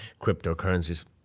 cryptocurrencies